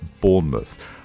Bournemouth